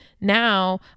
now